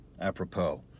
apropos